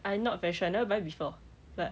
I not very sure I never buy before but